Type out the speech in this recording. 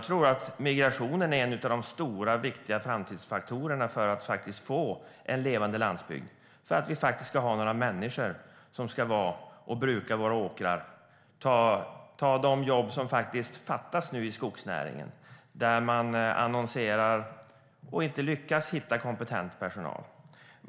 Den är en av de stora viktiga framtidsfaktorerna för att få en levande landsbygd och för att det ska finnas människor som lever där och brukar åkrarna, som tar de jobb som nu fattas i skogsnäringen. Man annonserar efter personal, men lyckas inte hitta några kompetenta personer.